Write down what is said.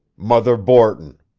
muther borton.